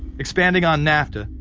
expanding on nafta.